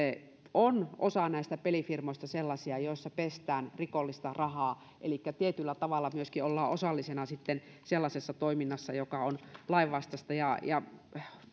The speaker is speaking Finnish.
osa näistä pelifirmoista on sellaisia joissa pestään rikollista rahaa elikkä tietyllä tavalla myöskin ollaan osallisena sitten sellaisessa toiminnassa joka on lainvastaista